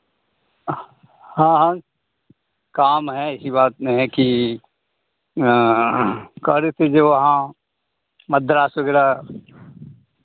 हाँ हाँ काम है ऐसी बात नहीं है कि कह रहे थे जो वहाँ मद्रास वगैरह